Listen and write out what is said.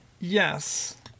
Yes